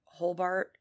Holbart